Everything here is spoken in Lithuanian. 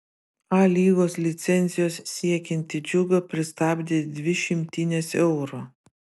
a lygos licencijos siekiantį džiugą pristabdė dvi šimtinės eurų